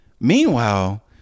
Meanwhile